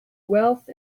wealth